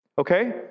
Okay